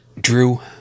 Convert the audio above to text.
Drew